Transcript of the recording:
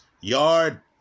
Yard